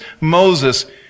Moses